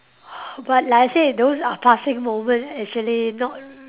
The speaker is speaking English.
but like I said those are passing moment actually not